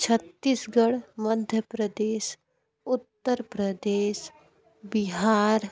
Chhattisgarh Madhya Pradesh Uttar Pradesh Bihar